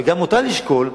וגם אותה לשקול,